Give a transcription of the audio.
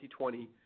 2020